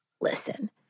listen